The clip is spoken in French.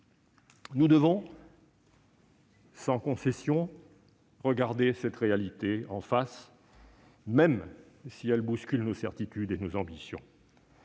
Nous devons, sans concession, regarder cette réalité en face, même si elle bouscule nos certitudes et nos ambitions.